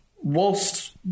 whilst